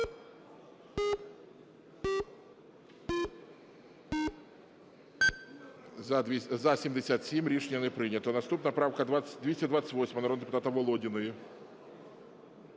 За-77 Рішення не прийнято. Наступна правка 228 народного депутата Володіної.